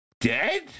Dead